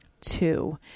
two